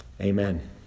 Amen